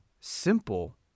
simple